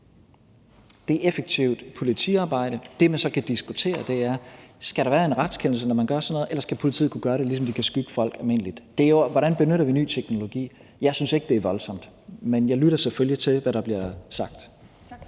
Det er effektivt politiarbejde. Det, man så kan diskutere, er, om der skal være en retskendelse, når man gør sådan noget, eller om politiet skal kunne gøre det, ligesom de kan skygge folk almindeligt. Det handler jo om, hvordan vi benytter ny teknologi. Jeg synes ikke, det er voldsomt, men jeg lytter selvfølgelig til, hvad der bliver sagt.